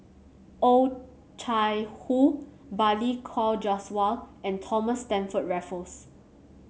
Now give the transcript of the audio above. Oh Chai Hoo Balli Kaur Jaswal and Thomas Stamford Raffles